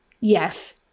Yes